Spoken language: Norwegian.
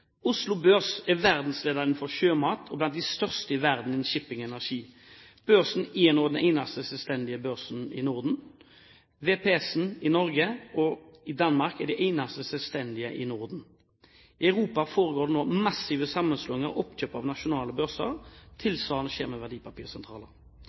Oslo Børs er verdensledende innenfor sjømat og blant de største i verden innen shipping og energi. Børsen er nå den eneste selvstendige børsen i Norden. VPS i Norge og VP i Danmark er de eneste selvstendige i Norden. I Europa foregår det nå massive sammenslåinger og oppkjøp av nasjonale børser.